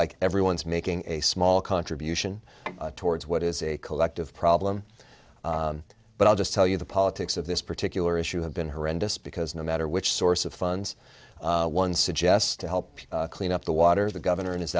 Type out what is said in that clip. like everyone's making a small contribution towards what is a collective problem but i'll just tell you the politics of this particular issue have been horrendous because no matter which source of funds one suggests to help clean up the water the governor and his